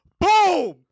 Boom